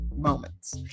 moments